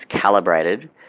calibrated